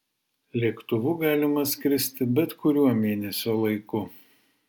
lėktuvu galima skristi bet kuriuo mėnesio laiku